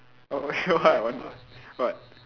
okay what what